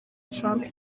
trump